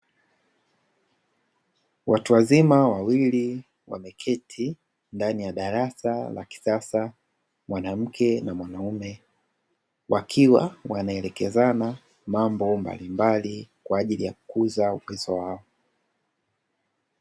Watu wazima wawili wakiwa wameketi ndani ya darasa la kisasa, mwanamke na mwanaume wakiwa wanaelekezana mambo mbalimbali kwa ajili ya kukuza uwezo wao.